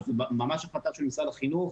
אבל זה ממש החלטה של משרד החינוך.